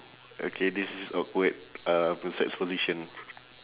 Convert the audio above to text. okay this is awkward uh p~ sex position